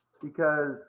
because-